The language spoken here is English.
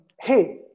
hey